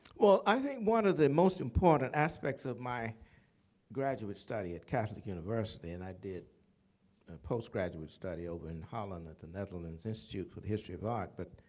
well, i think one of the most important aspects of my graduate study at catholic university and i did a postgraduate study, over in holland at the netherlands institute for the history of art, but